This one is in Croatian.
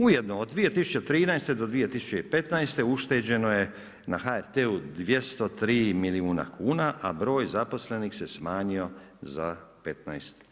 Ujedno od 2013.-2015. ušteđeno je na HRT-u 203 milijuna kuna, a broj zaposlenih se smanjio za 15%